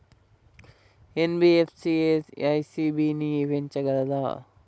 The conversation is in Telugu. ఎన్.బి.ఎఫ్.సి ఇ.సి.బి ని పెంచగలదా?